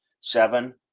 seven